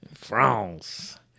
France